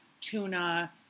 tuna